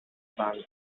banker